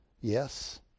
Yes